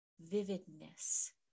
vividness